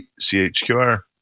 CHQR